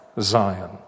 Zion